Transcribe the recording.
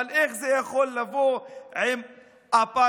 אבל איך זה יכול לבוא עם אפרטהייד?